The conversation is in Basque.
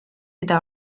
eta